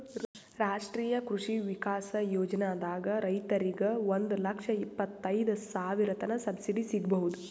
ರಾಷ್ಟ್ರೀಯ ಕೃಷಿ ವಿಕಾಸ್ ಯೋಜನಾದಾಗ್ ರೈತರಿಗ್ ಒಂದ್ ಲಕ್ಷ ಇಪ್ಪತೈದ್ ಸಾವಿರತನ್ ಸಬ್ಸಿಡಿ ಸಿಗ್ಬಹುದ್